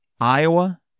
Iowa